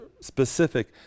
specific